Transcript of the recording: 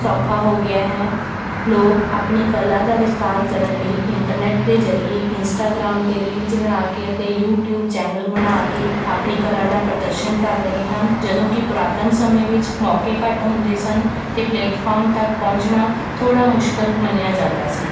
ਸੌਖਾ ਹੋ ਗਿਆ ਹੈ ਲੋਕ ਆਪਣੀ ਕਲਾ ਦਾ ਵਿਸਤਾਰ ਕਰਨ ਲਈ ਇੰਟਰਨੈੱਟ ਦੇ ਜ਼ਰੀਏ ਇੰਸਟਾਗ੍ਰਾਮ 'ਤੇ ਰੀਲਜ਼ ਬਣਾ ਕੇ ਅਤੇ ਯੂਟਿਊਬ ਚੈਨਲ ਬਣਾ ਕੇ ਆਪਣੀ ਕਲਾ ਦਾ ਪ੍ਰਦਰਸ਼ਨ ਕਰ ਰਹੇ ਹਨ ਜਦੋਂ ਕਿ ਪੁਰਾਤਨ ਸਮੇਂ ਵਿੱਚ ਮੌਕੇ ਘੱਟ ਹੁੰਦੇ ਸਨ ਅਤੇ ਪਲੇਟਫਾਰਮ ਤੱਕ ਪਹੁੰਚਣਾ ਥੋੜ੍ਹਾ ਮੁਸ਼ਕਿਲ ਮੰਨਿਆ ਜਾਂਦਾ ਸੀ